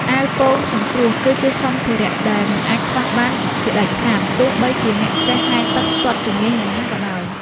អាវពោងសង្គ្រោះ គឺជាសម្ភារៈដែលមិនអាចខ្វះបានជាដាច់ខាត ទោះបីជាអ្នកចេះហែលទឹកស្ទាត់ជំនាញយ៉ាងណាក៏ដោយ។